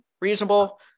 reasonable